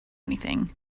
anything